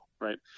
right